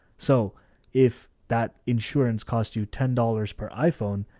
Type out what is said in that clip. so if that insurance costs you ten dollars per iphone,